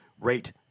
rate